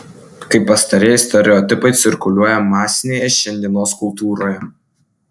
kaip pastarieji stereotipai cirkuliuoja masinėje šiandienos kultūroje